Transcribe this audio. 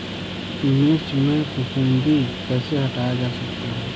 मिर्च में फफूंदी कैसे हटाया जा सकता है?